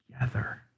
together